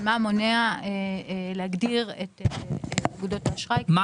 מה מונע להגדיר את אגודות האשראי --- מה